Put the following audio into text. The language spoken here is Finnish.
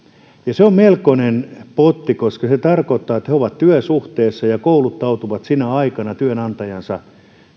se on melkoinen potti koska se tarkoittaa että he ovat työsuhteessa ja kouluttautuvat sinä aikana työnantajansa